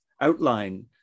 outline